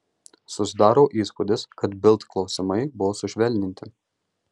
susidaro įspūdis kad bild klausimai buvo sušvelninti